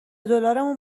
دلارمون